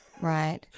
Right